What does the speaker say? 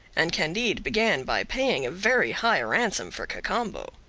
and candide began by paying a very high ransom for cacambo.